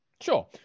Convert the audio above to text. Sure